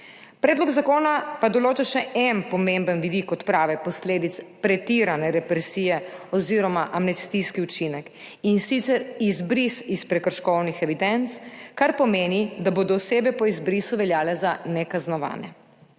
Predlog zakona pa določa še en pomemben vidik odprave posledic pretirane represije oziroma amnestijski učinek, in sicer izbris iz prekrškovnih evidenc, kar pomeni, da bodo osebe po izbrisu veljale za nekaznovane.